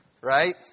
right